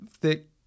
thick